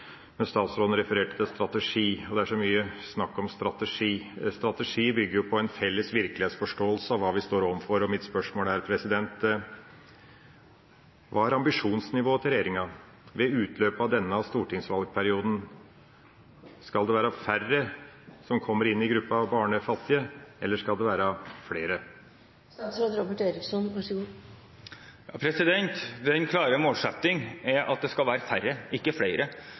Men statsråden refererte til strategi, og det er så mye snakk om strategi. Strategi bygger på en felles virkelighetsforståelse av hva vi står overfor, og mitt spørsmål er: Hva er ambisjonsnivået til regjeringa ved utløpet av denne stortingsvalgperioden? Skal det være færre som kommer inn i gruppa barnefattige, eller skal det være flere? Den klare målsettingen er at det skal være færre, ikke flere.